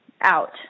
out